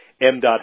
MDOT